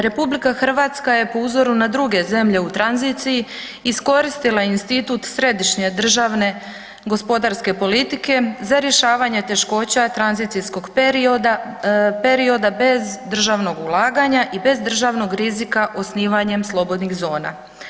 RH je po uzoru na druge zemlje u tranziciji iskoristila institut središnje državne gospodarske politike za rješavanje teškoća tranzicijskog perioda bez državnog ulaganja i bez državnog rizika osnivanjem slobodnih zona.